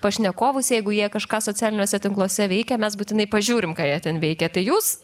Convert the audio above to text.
pašnekovus jeigu jie kažką socialiniuose tinkluose veikia mes būtinai pažiūrim ką jie ten veikia tai jūs